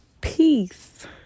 Peace